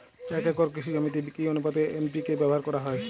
এক একর কৃষি জমিতে কি আনুপাতে এন.পি.কে ব্যবহার করা হয়?